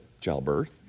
childbirth